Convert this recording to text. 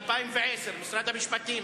משרד המשפטים,